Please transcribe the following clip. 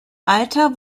alter